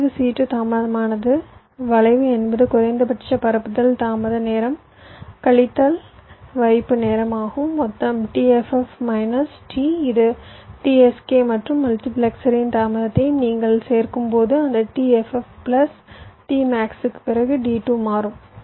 வளைவு c2 தாமதமானது வளைவு என்பது குறைந்தபட்ச பரப்புதல் தாமத நேரம் கழித்தல் வைப்பு நேரம் ஆகும் மொத்தம் t ff மைனஸ் t இது t sk மற்றும் மல்டிபிளெக்சரின் தாமதத்தையும் நீங்கள் சேர்க்கும்போது அந்த t ff plus t max க்குப் பிறகு D2 மாறும்